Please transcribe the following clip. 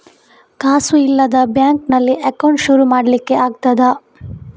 ಕಾಸು ಇಲ್ಲದ ಬ್ಯಾಂಕ್ ನಲ್ಲಿ ಅಕೌಂಟ್ ಶುರು ಮಾಡ್ಲಿಕ್ಕೆ ಆಗ್ತದಾ?